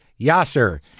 Yasser